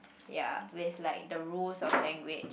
ya with like the rules of language